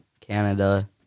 Canada